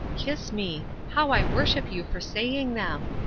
kiss me. how i worship you for saying them!